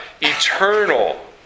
eternal